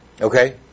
Okay